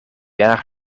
jaar